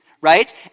right